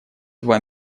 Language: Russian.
два